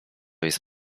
jest